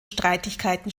streitigkeiten